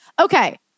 Okay